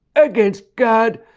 against god.